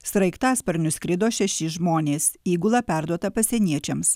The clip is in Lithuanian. sraigtasparniu skrido šeši žmonės įgula perduota pasieniečiams